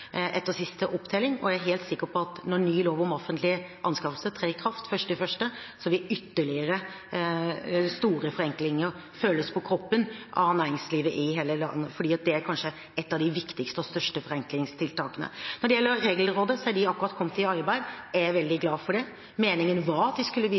etter siste opptelling, og jeg er helt sikker på at når ny lov om offentlige anskaffelser trer i kraft den 1. januar, vil ytterligere store forenklinger føles på kroppen for næringslivet i hele landet, for det er kanskje et av de viktigste og største forenklingstiltakene. Når det gjelder Regelrådet, er det akkurat kommet i arbeid. Jeg er veldig glad for det. Meningen var at de skulle vise